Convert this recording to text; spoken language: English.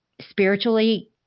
spiritually